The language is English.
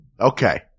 Okay